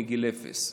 מגיל אפס.